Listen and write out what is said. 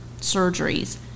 surgeries